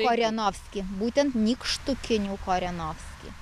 korenovski būtent nykštukinių korenovski